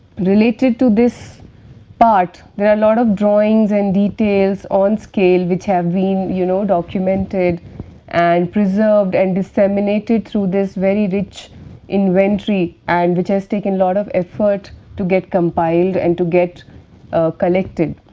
related to this but there are lot of drawings and details on scale, which have been you know documented and persevered and disseminated through this very rich inventory and which has taken lot of effort to get compiled and to get collected.